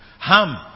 Ham